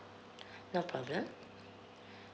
no problem